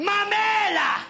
Mamela